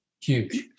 huge